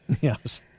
Yes